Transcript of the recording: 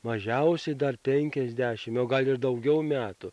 mažiausiai dar penkiasdešim o gal ir daugiau metų